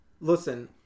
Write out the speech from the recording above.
Listen